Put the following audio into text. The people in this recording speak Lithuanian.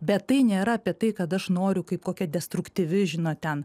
bet tai nėra apie tai kad aš noriu kaip kokia destruktyvi žinot ten